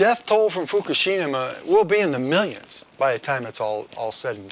death toll from fukushima will be in the millions by a time it's all all said